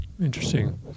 Interesting